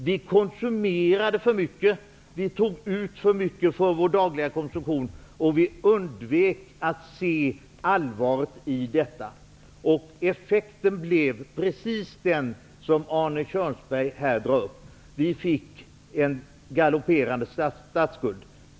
Vi konsumerade för mycket, vi tog ut för mycket för vår dagliga konsumtion och vi undvek att se allvaret i detta. Effekten blev precis den som Arne Kjörnsberg här nämnde: Vi fick en galopperande statsskuld.